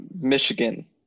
Michigan